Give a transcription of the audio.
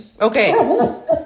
Okay